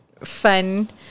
fun